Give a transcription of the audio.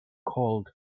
called